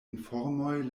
informoj